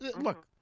Look